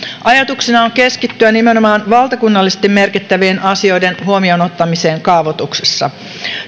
ajatuksena on keskittyä nimenomaan valtakunnallisesti merkittävien asioiden huomioon ottamiseen kaavoituksessa